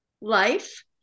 life